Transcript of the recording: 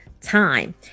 time